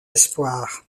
espoirs